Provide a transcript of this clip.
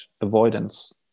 avoidance